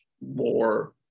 more